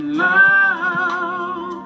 love